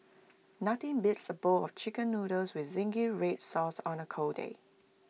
nothing beats A bowl of Chicken Noodles with Zingy Red Sauce on A cold day